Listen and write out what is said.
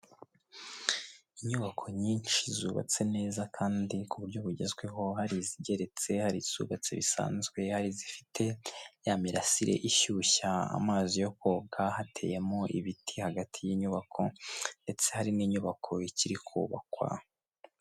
Inyubako nyinshi zubatse neza kandi ku buryo bugezweho hari izigeretse hari zubatse bisanzwe hari zifite ya mirasire ishyushya amazi yo koga hateyemo ibiti hagati y'inyubako ndetse hari n'inyubako ikiri kubakwa.